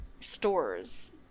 stores